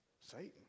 Satan